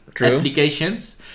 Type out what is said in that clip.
applications